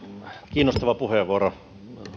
kiinnostava puheenvuoro voin